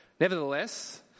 Nevertheless